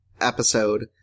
episode